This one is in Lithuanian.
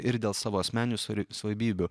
ir dėl savo asmeninių savybių